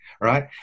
right